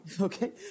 Okay